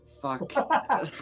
Fuck